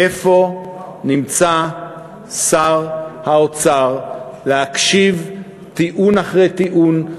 איפה נמצא שר האוצר להקשיב טיעון אחרי טיעון,